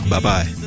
Bye-bye